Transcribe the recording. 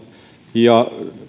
ja